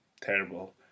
terrible